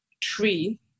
tree